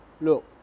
look